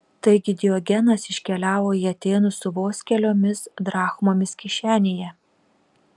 taigi diogenas iškeliavo į atėnus su vos keliomis drachmomis kišenėje